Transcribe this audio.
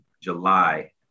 July